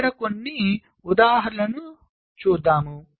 కాబట్టి ఇక్కడ కొన్ని ఉదాహరణలు చూద్దాం